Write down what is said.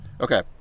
okay